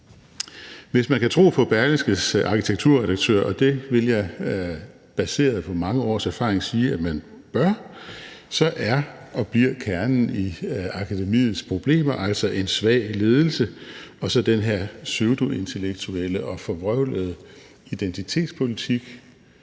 Hvis man kan tro på Berlingskes arkitekturredaktør, og det vil jeg baseret på mange års erfaring sige at man bør, så er og bliver kernen i akademiets problemer altså en svag ledelse og så den her pseudointellektuelle og forvrøvlede identitetspolitik,